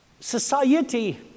society